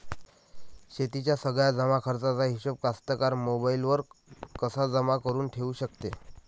शेतीच्या सगळ्या जमाखर्चाचा हिशोब कास्तकार मोबाईलवर कसा जमा करुन ठेऊ शकते?